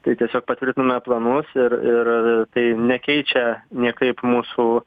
tai tiesiog patvirtinome planus ir ir tai nekeičia niekaip mūsų